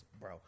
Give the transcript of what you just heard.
bro